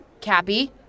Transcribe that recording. Cappy